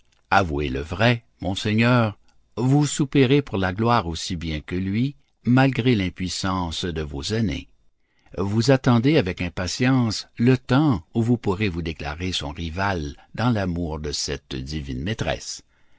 avouez le vrai monseigneur vous soupirez pour la gloire aussi bien que lui malgré l'impuissance de vos années vous attendez avec impatience le temps où vous pourrez vous déclarer son rival dans l'amour de cette divine maîtresse